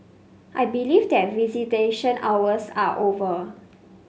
I believe that visitation hours are over